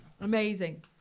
Amazing